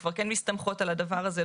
וכבר כן מסתמכות על הדבר הזה,